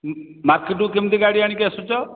ମାର୍କେଟ୍କୁ କେମିତି ଗାଡ଼ି ଆଣିକି ଆସୁଛ